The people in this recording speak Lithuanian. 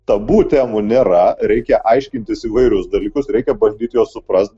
tabu temų nėra reikia aiškintis įvairius dalykus reikia bandyt juos suprast